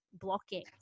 blocking